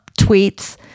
tweets